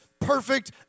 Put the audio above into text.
perfect